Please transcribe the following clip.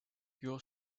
your